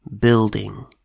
building